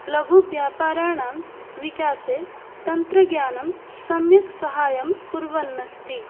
लघुव्यापाराणां विकासे तन्त्रज्ञानं सम्यक् साहाय्यं कुर्वदस्ति